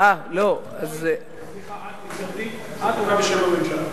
את עונה בשם הממשלה.